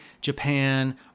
Japan